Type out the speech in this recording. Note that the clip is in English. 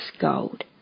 gold